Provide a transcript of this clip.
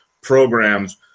programs